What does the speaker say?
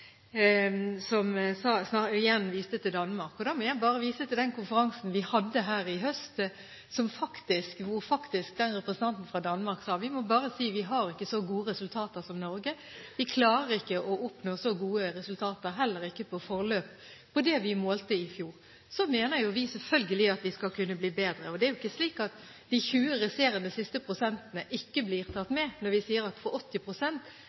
faktisk sa: Vi må bare si at vi har ikke så gode resultater som Norge. Vi klarer ikke å oppnå så gode resultater, heller ikke på forløp, på det vi målte i fjor. Så mener vi selvfølgelig at vi skal kunne bli bedre. Det er ikke slik at de 20 siste prosentene ikke blir tatt med når vi sier at for